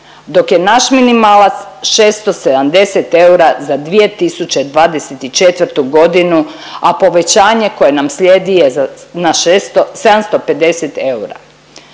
dok je naš minimalac 670 eura za 2024. godinu, a povećanje koje nam slijedi je na 750 eura.